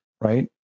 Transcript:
right